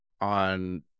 on